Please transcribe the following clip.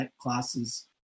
classes